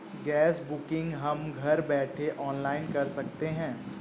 gas booking हम घर बैठे ऑनलाइन कर सकते है